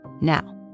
Now